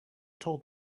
told